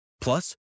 Plus